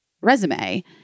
resume